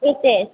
HS